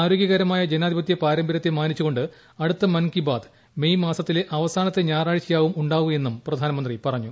ആരോഗ്യകരമായ ജനാധിപത്യ പാരമ്പര്യത്തെമാനിച്ചുകൊണ്ട് അടുത്ത മൻ കി ബാത് മെയ് മാസത്തിലെ അവസാനത്തെ ഞായറാഴ്ചയാവും ഉണ്ടാവുകയെന്നും പ്രധാനമന്ത്രി പറഞ്ഞു